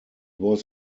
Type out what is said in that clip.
was